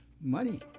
money